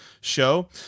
show